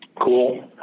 Cool